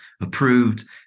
approved